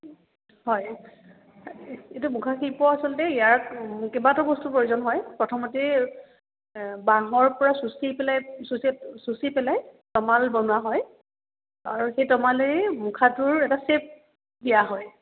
হয় এইটো মুখা শিল্প আচলতে ইয়াৰ কেইবাটাও বস্তুৰ প্ৰয়োজন হয় প্ৰথমতেই বাঁহৰ পৰা চুচি পেলাই চুচ চুচি পেলাই তমাল বনোৱা হয় আৰু সেই তমালে মুখাটোৰ এটা চেপ দিয়া হয়